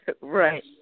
Right